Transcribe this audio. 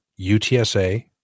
UTSA